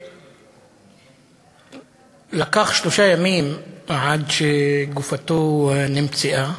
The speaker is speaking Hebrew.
ולקח שלושה ימים עד שגופתו נמצאה.